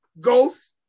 Ghost